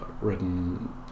written